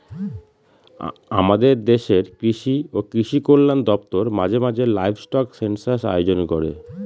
আমাদের দেশের কৃষি ও কৃষি কল্যাণ দপ্তর মাঝে মাঝে লাইভস্টক সেনসাস আয়োজন করে